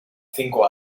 cinco